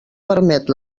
permet